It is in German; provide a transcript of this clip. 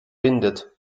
windet